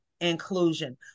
inclusion